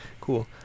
Cool